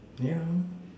yeah